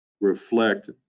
reflect